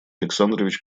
александрович